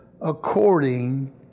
according